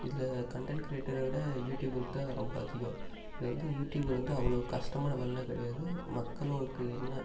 இதில் கன்டென்ட் கிரியேட்டரோட யூடியூபருக்கு தான் ரொம்ப அதிகம் இதில்வந்து யூடியூபர் வந்து அவ்வளோ கஷ்டமான வேலைலாம் கிடையாது மக்களுக்கு என்ன